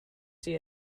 see